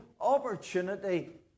opportunity